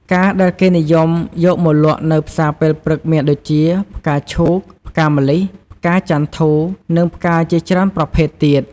ផ្កាដែលគេនិយមយកមកលក់នៅផ្សារពេលព្រឹកមានដូចជា ផ្កាឈូក ផ្កាម្លិះ ផ្កាចន្ធូ និងផ្កាជាច្រើនប្រភេទទៀត។